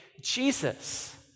Jesus